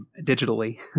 digitally